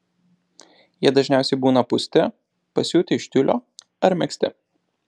jie dažniausiai būna pūsti pasiūti iš tiulio ar megzti